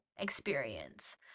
experience